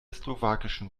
slowakischen